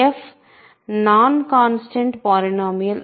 f non constant polynomial